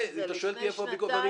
אם אתה שואל אותי איפה הביקורת,